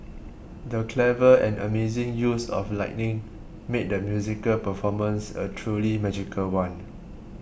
the clever and amazing use of lighting made the musical performance a truly magical one